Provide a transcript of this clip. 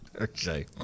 Okay